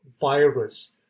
virus